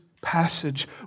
passage